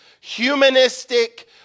humanistic